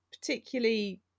particularly